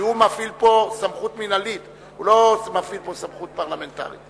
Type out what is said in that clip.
כי הוא מפעיל פה סמכות מינהלית והוא לא מפעיל פה סמכות פרלמנטרית.